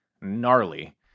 gnarly